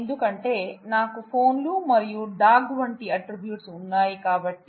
ఎందుకంటే నాకు ఫోన్లు మరియు డాగ్ వంటి అట్ట్రిబ్యూట్స్ ఉన్నాయి కాబట్టి